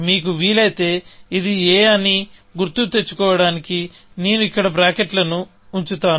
మీకు వీలైతే ఇది a అని గుర్తుతెచ్చుకోవటానికి నేను ఇక్కడ బ్రాకెట్లను ఉంచుతాను